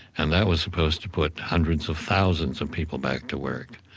and that was supposed to put hundreds of thousands of people back to work.